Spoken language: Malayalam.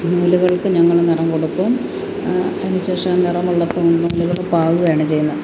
നൂലുകൾക്ക് ഞങ്ങൾ നിറം കൊടുക്കും അതിനുശേഷം നിറമുള്ള തു നൂലുകൾ പാവുകയാണ് ചെയ്യുന്നത്